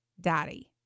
daddy